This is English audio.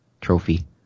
trophy